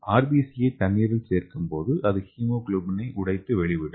ஆர்பிசியை தண்ணீரில் சேர்க்கும்போது அது ஹீமோகுளோபினை உடைத்து வெளிவிடும்